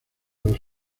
los